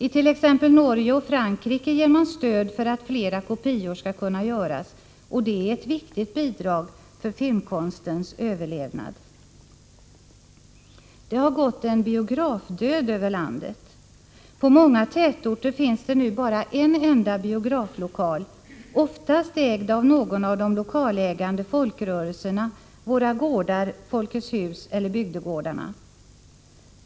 I t.ex. Norge och Frankrike ger man stöd för att flera kopior skall kunna göras, och det är ett viktigt bidrag för filmkonstens överlevnad. Det har gått en biografdöd över landet. På många tätorter finns det nu bara en enda biograflokal, oftast ägd av någon av de lokalägande folkrörelserna: Våra Gårdar, Folkets Hus eller Bygdegårdarna.